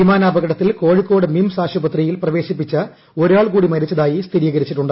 വിമാനപകടത്തിൽ കോഴിക്കോട് മിംസ് ആശുപത്രിയിൽ പ്രവേശിപ്പിച്ച ഒരാൾ കൂടി മരിച്ചതായി സ്ഥിരീകരിച്ചിട്ടുണ്ട്